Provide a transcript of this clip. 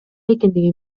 экендигин